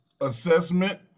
assessment